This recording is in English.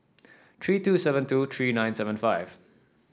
three two seven two three nine seven five